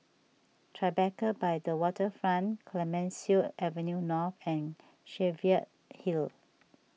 Tribeca by the Waterfront Clemenceau Avenue North and Cheviot Hill